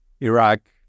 Iraq